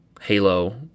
Halo